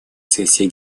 сессии